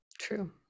true